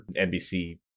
NBC